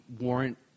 warrant –